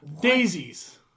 Daisies